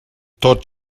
tot